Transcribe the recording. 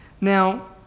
Now